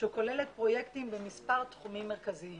שכוללת פרויקטים במספר תחומים מרכזיים